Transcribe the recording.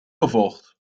gevolgd